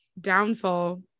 downfall